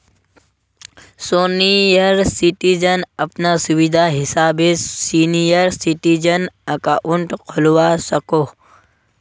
senior citizen अपना सुविधा हिसाबे सीनियर सिटीजन अकाउंट खोलवा सकोह